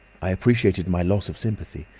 i appreciated my loss of sympathy,